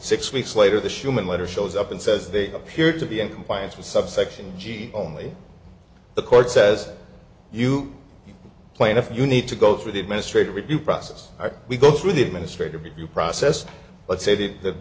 six weeks later the shoeman letter shows up and says they appeared to be in compliance with subsection she only the court says you plaintiff you need to go through the administrative review process we go through the administrative review process let's say that th